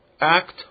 Act